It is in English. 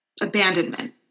abandonment